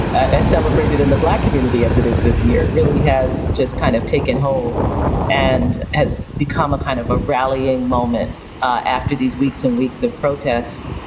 ah as celebrated in the black community as it is this year. it really has just kind of taken hold and has become a kind of a rallying moment after these weeks and weeks of protest.